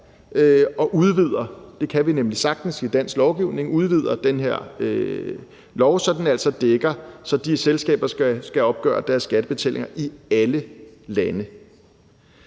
og udvider – det kan vi nemlig sagtens i dansk lovgivning – den her lov, så den altså dækker sådan, at de selskaber skal opgøre deres skattebetalinger i alle lande.